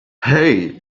hey